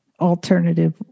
alternative